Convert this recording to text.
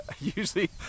usually